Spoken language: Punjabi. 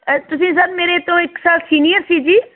ਅ ਤੁਸੀਂ ਸਰ ਮੇਰੇ ਤੋਂ ਇੱਕ ਸਾਲ ਸੀਨੀਅਰ ਸੀ ਜੀ